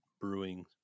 Brewing